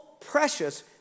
precious